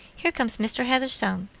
here comes mr. heatherstone,